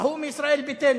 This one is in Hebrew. ההוא מישראל ביתנו,